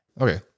Okay